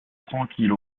tranquille